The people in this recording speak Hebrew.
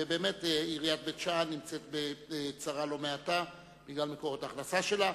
ובאמת עיריית בית-שאן נמצאת בצרה לא קלה בגלל מקורות ההכנסה שלה.